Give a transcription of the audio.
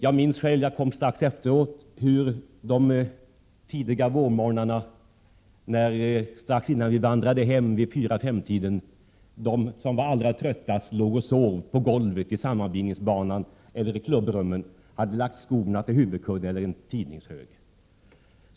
Jag kom strax efteråt till riksdagen och minns från de tidiga vårmorgnarna, när vi vandrade hem vid fyra-femtiden, hur de som var allra tröttast låg och sov på golvet i sammanbindningsbanan eller i klubbrummen och hade lagt skorna eller en tidningshög till huvudkudde.